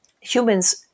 humans